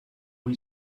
who